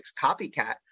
copycat